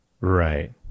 Right